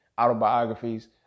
autobiographies